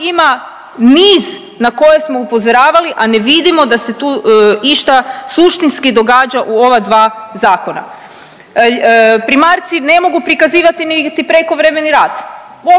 ima niz na koje smo upozoravali, a ne vidimo da se tu išta suštinski događa u ova dva zakona. Primarci ne mogu prikazivati niti prekovremeni rad,